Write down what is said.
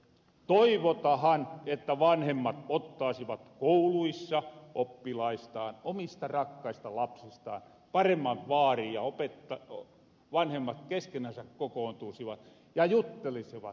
toivotahan että vanhemmat ottaasivat kouluissa oppilaistaan omista rakkaista lapsistaan paremman vaarin ja vanhemmat keskenänsä kokoontuusivat ja juttelisivat